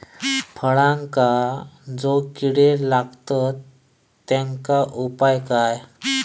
फळांका जो किडे लागतत तेनका उपाय काय?